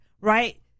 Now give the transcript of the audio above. right